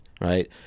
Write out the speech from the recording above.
Right